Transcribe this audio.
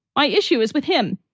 my issue is with him.